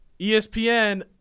ESPN